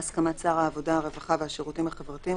בהסכמת שר העבודה הרווחה והשירותים החברתיים,